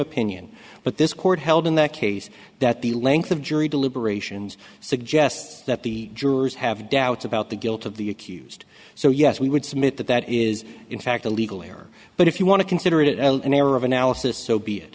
opinion but this court held in that case that the length of jury deliberations suggests that the jurors have doubts about the guilt of the accused so yes we would submit that that is in fact a legal error but if you want to consider it an error of analysis so be it